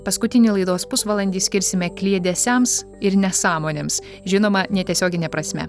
paskutinį laidos pusvalandį skirsime kliedesiams ir nesąmonėms žinoma netiesiogine prasme